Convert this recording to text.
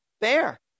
bear